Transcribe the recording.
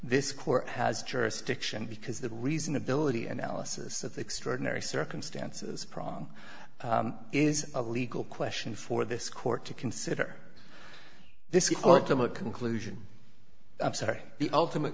this court has jurisdiction because the reasonability analysis of the extraordinary circumstances prong is a legal question for this court to consider this is sort of a conclusion i'm sorry the ultimate